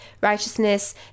righteousness